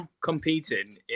competing